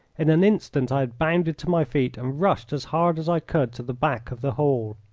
in an instant i had bounded to my feet and rushed as hard as i could to the back of the hall.